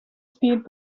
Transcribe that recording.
speed